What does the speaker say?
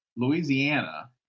Louisiana